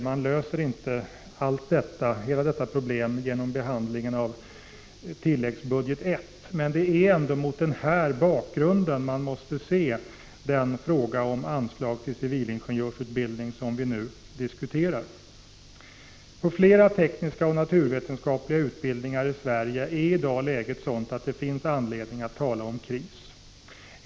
Man löser inte hela detta problem genom behandlingen av tilläggsbudget I, men det är ändå mot denna bakgrund som man måste se den fråga om anslag till civilingenjörsutbildningen som vi nu diskuterar. På flera tekniska och naturvetenskapliga utbildningar i Sverige är i dag läget sådant att det finns anledning att tala om kris.